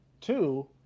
Two